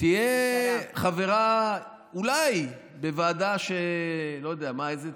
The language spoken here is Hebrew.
תהיה חברה אולי בוועדה, לא יודע, איזה?